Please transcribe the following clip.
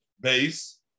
base